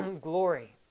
glory